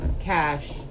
cash